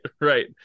right